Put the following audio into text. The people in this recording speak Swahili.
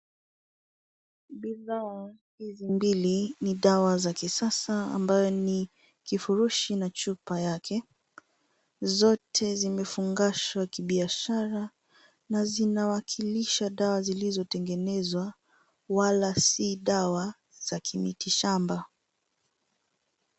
Bidhaa hizi mbili ni dawa za kisasa ambayo ni kifurushi na chupa yake. Zote zimefungashwa kibiashara na zinawakilisha dawa zilizotengenezwa wala si dawa za kimiti shamba.